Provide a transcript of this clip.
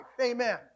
Amen